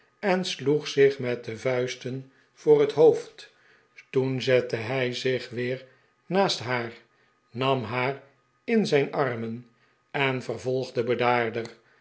en slog zich met de vuisten voor het hoofd toen zette hij zich weer naast haar nam haar in zijn armen en vervolgde bedaarder